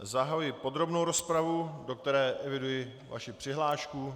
Zahajuji podrobnou rozpravu, do které eviduji vaši přihlášku.